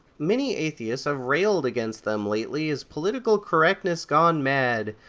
many athiests have railed against them lately as political correctness gone mad,